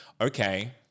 okay